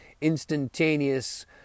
instantaneous